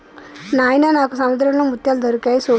నాయిన నాకు సముద్రంలో ముత్యాలు దొరికాయి సూడు